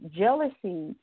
jealousy